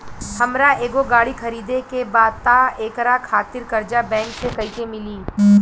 हमरा एगो गाड़ी खरीदे के बा त एकरा खातिर कर्जा बैंक से कईसे मिली?